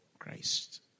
christ